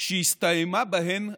שהסתיימה בהן החציבה,